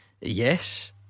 Yes